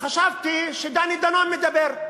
וחשבתי שדני דנון מדבר.